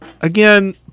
Again